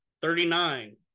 Thirty-nine